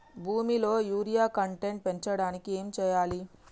భూమిలో urea content పెంచడానికి ఏం చేయాలి?